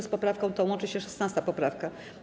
Z poprawką tą łączy się 16. poprawka.